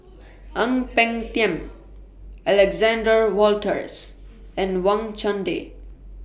Ang Peng Tiam Alexander Wolters and Wang Chunde